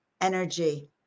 energy